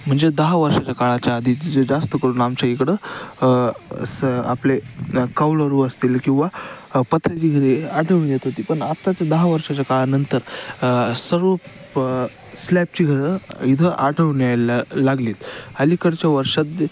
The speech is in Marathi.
म्हणजे दहा वर्षाच्या काळाच्या आधी जे जास्त करून आमच्या इकडं स आपले कौलरू असतील किंवा पत्र्याची घरे आढळून येत होती पण आत्ता ते दहा वर्षाच्या काळानंतर सर्व प स्लॅबची घरं इथं आढळून यायला लागलीत अलीकडच्या वर्षात